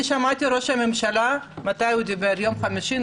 שמעתי את ראש הממשלה שדיבר ביום חמישי.